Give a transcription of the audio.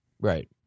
Right